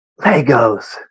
Legos